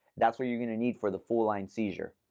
that's what you're going to need for the full line seizure.